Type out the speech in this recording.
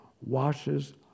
washes